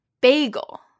bagel